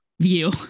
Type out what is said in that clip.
view